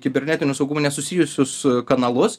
kibernetiniu saugumu nesusijusius kanalus